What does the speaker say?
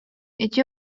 ити